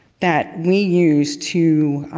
that we use to